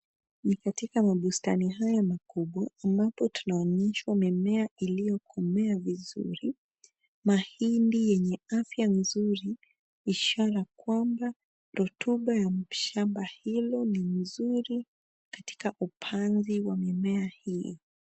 Ni katika mabustani haya makubwa ambapo tunaonyeshwa mimea iliyokomea vizuri. Mahindi yenye afya nzuri ishara kwamba rotuba ya shamba hilo ni mzuri katika upanzi wa mimea hii.